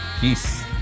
Peace